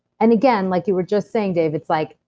and again, like you were just saying, dave, it's like,